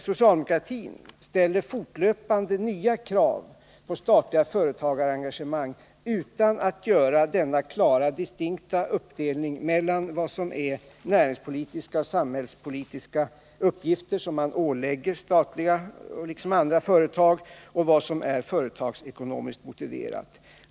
Socialdemokratin ställer dock fortlöpande nya krav på statliga företagarengagemang utan att göra denna klara uppdelning mellan vad som är samhällsekonomiska uppgifter och vad som är företagsekonomiskt motiverat.